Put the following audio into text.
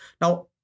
Now